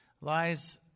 Lies